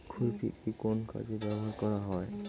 খুরপি কি কোন কাজে ব্যবহার করা হয়?